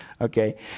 Okay